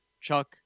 Chuck